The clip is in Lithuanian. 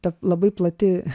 ta labai plati